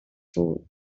soul